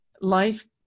life